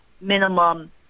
minimum